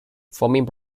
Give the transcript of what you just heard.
forming